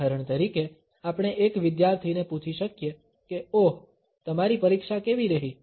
ઉદાહરણ તરીકે આપણે એક વિદ્યાર્થીને પૂછી શકીએ કે ઓહ તમારી પરીક્ષા કેવી રહી